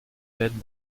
werden